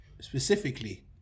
specifically